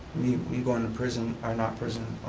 me going to prison, or not prison,